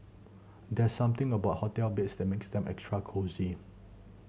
there's something about hotel beds that makes them extra cosy